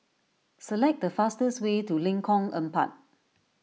select the fastest way to Lengkong Empat